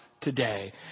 today